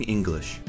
English